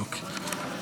אוקיי.